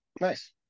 Nice